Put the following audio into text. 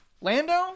Lando